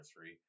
three